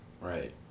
Right